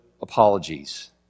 apologies